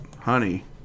honey